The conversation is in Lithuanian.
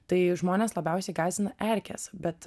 tai žmones labiausiai gąsdina erkės bet